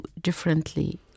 differently